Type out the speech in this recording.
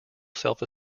self